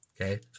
Okay